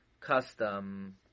custom